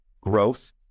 growth